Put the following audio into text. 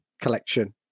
collection